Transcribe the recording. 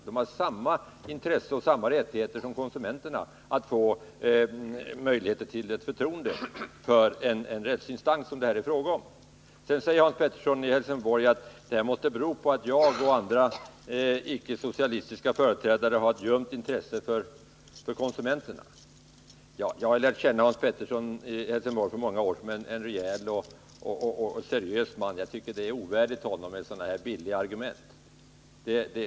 De har samma intresse av och samma rättigheter som konsumenterna att kunna hysa förtroende för en rättsinstans av den typ som det här är fråga om. Hans Pettersson i Helsingborg säger att jag och andra företrädare för de icke socialistiska partierna har ett ljumt intresse för konsumenterna. Jag har lärt känna Hans Pettersson som en rejäl och seriös man, och jag tycker att det är ovärdigt honom att använda så billiga argument.